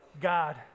God